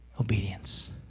obedience